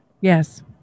Yes